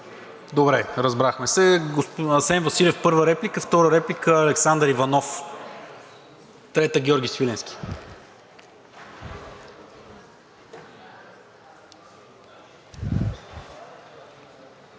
Добре, разбрахме се. Асен Василев – първа реплика, втора реплика – Александър Иванов, трета – Георги Свиленски.